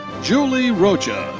julie rocha.